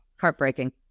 heartbreaking